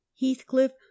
heathcliff